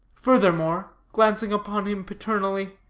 furthermore, glancing upon him paternally,